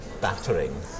battering